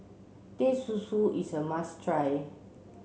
Teh Susu is a must try